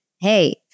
hey